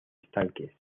estanques